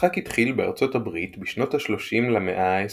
המשחק התחיל בארצות הברית בשנות ה-30 למאה ה-20,